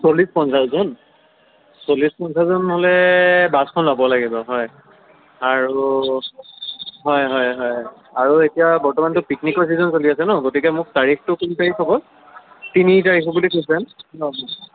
চল্লিছ পঞ্চাছজন চল্লিছ পঞ্চাছজন হ'লে বাছখন ল'ব লাগিব হয় আৰু হয় হয় হয় আৰু এতিয়া বৰ্তমানটো পিকনিকৰ ছিজন চলি আছে নহ্ গতিকে মোক তাৰিখটো কোন তাৰিখ হ'ব তিনি তাৰিখ বুলি কৈছা অঁ